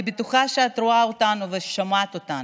אני בטוחה שאת רואה אותנו ושומעת אותנו.